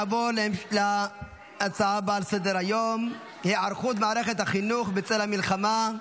נעבור להצעה הבאה לסדר-היום: היערכות מערכת החינוך בצל המלחמה,